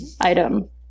item